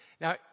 Now